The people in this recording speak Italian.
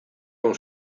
con